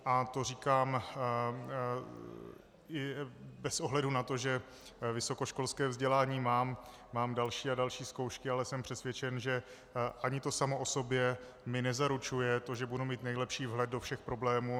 A to říkám bez ohledu na to, že vysokoškolské vzdělání mám, mám další a další zkoušky, ale jsem přesvědčen, že ano, to samo o sobě mi nezaručuje to, že budu mít nejlepší vhled do všech problémů.